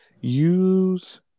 Use